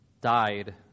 died